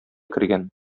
кергән